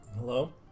Hello